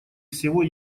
всего